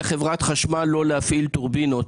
באיזה יום אמרתם לחברת חשמל לא להפעיל טורבינות?